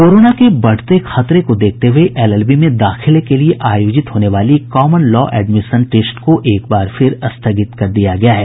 corona के बढ़ते खतरे को देखते हुये एलएलबी में दाखिले के लिये आयोजित होने वाली कॉमन लॉ एडमिशन टेस्ट को एक बार फिर स्थगित कर दिया गया है